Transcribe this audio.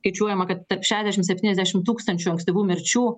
skaičiuojama kad tarp šešiasdešim septyniasdešim tūkstančių ankstyvų mirčių